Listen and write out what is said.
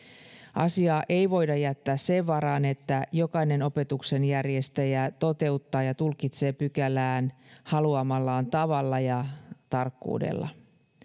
asiaa ei voida jättää sen varaan että jokainen opetuksen järjestäjä toteuttaa ja tulkitsee pykälää haluamallaan tavalla ja tarkkuudella